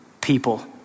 people